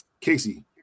Casey